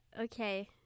okay